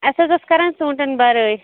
اسہِ حظ ٲس کَرٕنۍ ژوٗنٛٹٮ۪ن بَرٲے